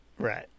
Right